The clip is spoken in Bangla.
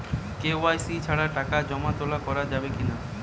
কে.ওয়াই.সি ছাড়া টাকা জমা তোলা করা যাবে কি না?